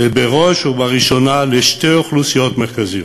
ובראש ובראשונה לשתי אוכלוסיות מרכזיות,